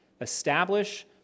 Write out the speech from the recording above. establish